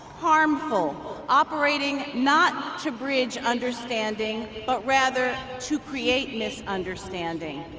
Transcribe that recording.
harmful operating not to bridge understanding but rather to create misunderstanding